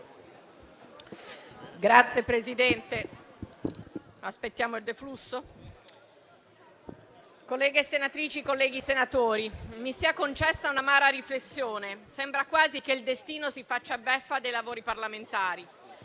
Signora Presidente, colleghe senatrici, colleghi senatori, mi sia concessa un'amara riflessione: sembra quasi che il destino si faccia beffa dei lavori parlamentari.